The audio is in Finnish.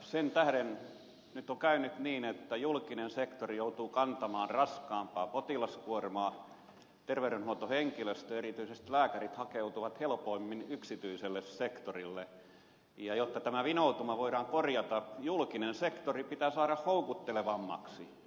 sen tähden nyt on käynyt niin että julkinen sektori joutuu kantamaan raskaampaa potilaskuormaa ja terveydenhuoltohenkilöstö erityisesti lääkärit hakeutuvat helpommin yksityiselle sektorille ja jotta tämä vinoutuma voidaan korjata julkinen sektori pitää saada houkuttelevammaksi